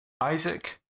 Isaac